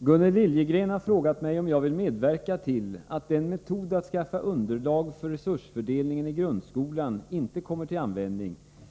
Herr talman! Gunnel Liljegren har frågat mig om jag vill medverka till att den metod att skaffa underlag för resursfördelningen i grundskolan